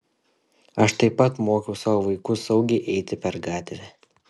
aš taip pat mokiau savo vaikus saugiai eiti per gatvę